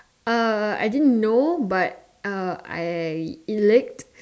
uh I didn't know but uh I it leak